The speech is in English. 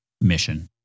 mission